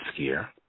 skier